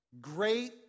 great